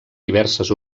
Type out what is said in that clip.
diverses